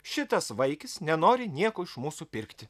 šitas vaikis nenori nieko iš mūsų pirkti